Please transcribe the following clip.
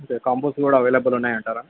okay combos కూడా available ఉన్నాయంటారా